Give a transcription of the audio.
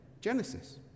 Genesis